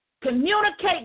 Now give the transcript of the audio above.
communicate